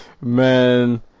Man